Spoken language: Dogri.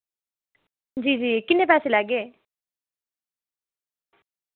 जी जी किन्ने पैसे लैगे